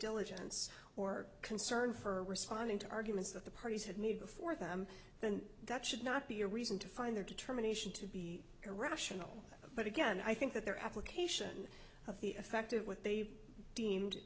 diligence or concern for responding to arguments that the parties had made before them then that should not be a reason to find their determination to be irrational but again i think that their application of the effect of what they deemed